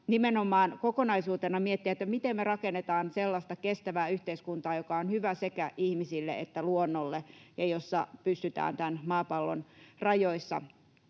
nimenomaan kokonaisuutena miettiä, miten me rakennetaan sellaista kestävää yhteiskuntaa, joka on hyvä sekä ihmisille että luonnolle ja jossa pystytään tämän maapallon rajoissa